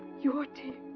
your tears.